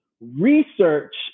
research